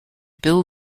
bill